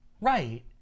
right